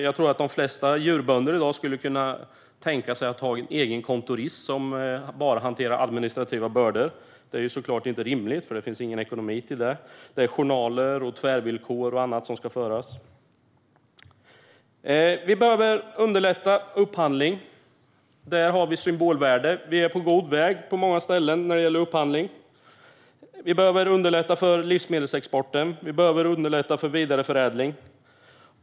Jag tror att de flesta djurbönder skulle kunna tänka sig att ha en egen kontorist som bara hanterar de administrativa bördorna. Detta är såklart inte rimligt, för det finns ingen ekonomi till detta. Journaler och tvärvillkor är exempel på sådant som det ska föras bok över. Vi behöver underlätta för upphandling. Där finns ett symbolvärde. I mycket är vi på god väg när det gäller upphandling. Vi behöver också underlätta för livsmedelsexport och vidareförädling.